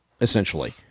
essentially